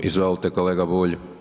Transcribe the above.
Izvolite kolega Bulj.